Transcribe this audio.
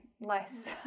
less